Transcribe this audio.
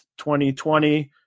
2020